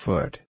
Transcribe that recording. Foot